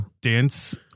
dance